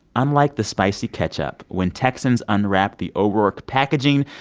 unlike the spicy ketchup, when texans unwrap the o'rourke packaging,